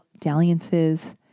dalliances